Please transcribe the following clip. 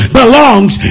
belongs